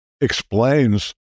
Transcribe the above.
explains